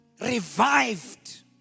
revived